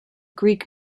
greek